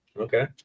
Okay